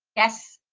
yes.